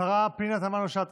השרה פנינה תמנו שטה.